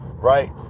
right